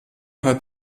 hat